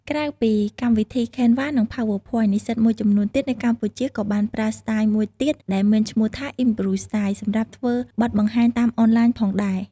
ក្រៅពីកម្មវិធី Canva និង PowerPoint និស្សិតមួយចំនួនទៀតនៅកម្ពុជា ក៏បានប្រើស្ទាយមួយទៀតដែលមានឈ្មោះថា improv-style សម្រាប់ធ្វើបទបង្ហាញតាមអនឡាញផងដែរ។